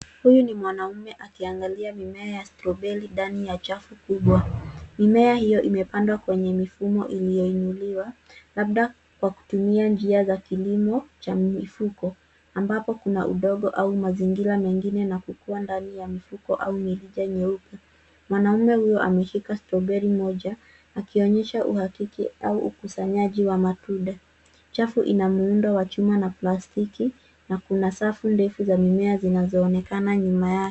Huyu ni mwanaume akiangalia mimea ya strawberry nani ya chafu kubwa. Mimea hiyo imepandwa kwenye mfumo iliyoinuliwa labda kwa kutumia njia za kilimo cha mifuko ambapo kuna udongo ama mazingira mengine na kuwa ndani ya mifuko au milija nyeupe. Mwanume huyo ameshika strawberry moja akionyesha uhakiki au ukusanyaji wa matunda. Chafu ina muundo wa chuma na plastiki na kuna safu ndefu za mimea zinazoonekanana nyuma yake.